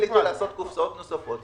אם יחליטו לעשות קופסאות נוספות,